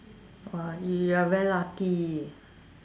!wah! you are very lucky